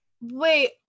Wait